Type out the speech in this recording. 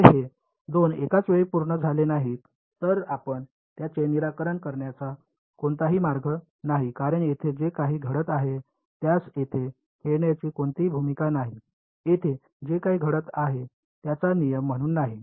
जर हे 2 एकाच वेळी पूर्ण झाले नाहीत तर आपण त्याचे निराकरण करण्याचा कोणताही मार्ग नाही कारण येथे जे काही घडत आहे त्यास येथे खेळण्याची कोणतीही भूमिका नाही येथे जे काही घडत आहे त्याचा नियम म्हणून नाही